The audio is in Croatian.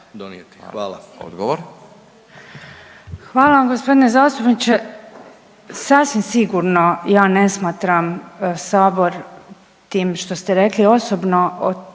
Nina (HDZ)** Hvala g. zastupniče. Sasvim sigurno ja ne smatram Sabor tim što ste rekli. Osobno od,